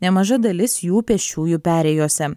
nemaža dalis jų pėsčiųjų perėjose